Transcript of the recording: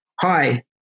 hi